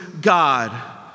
God